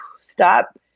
stop